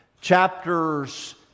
chapters